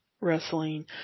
Wrestling